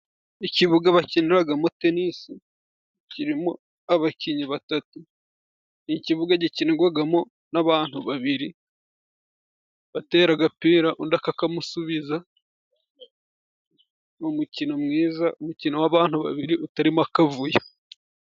Ikibuga bakiniragamo tenisi kirimo abakinnyi batatu. Ni ikibuga gikinirwagamo n'abantu biri batera agapira undi akakamusubiza. Ni umukino mwiza, umukino w'abantu babiri utarimo akavuyo.